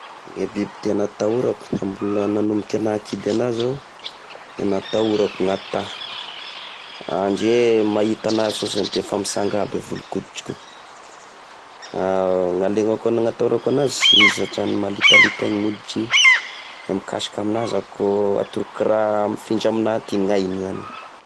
E biby tena atoharako mbola nanomboka nahakidy enahy zao: natahorako gn'ata ,ndre mahita anazy fosiny defa mitsanga aby e volo-koditriko io, a nalegnako e gnatahorako anazy izy ôtran'ny malitalita gne oditriny, e mikasika aminazy atoroko raha mifindra aminahy aty gny ainy zany.